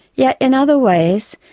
yet in other ways,